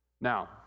Now